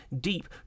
deep